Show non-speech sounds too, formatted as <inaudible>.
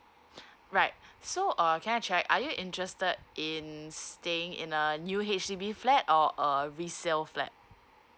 <breath> right so uh can I check are you interested in staying in a new H_D_B flat or a resale flat